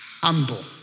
humble